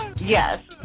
Yes